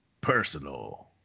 personal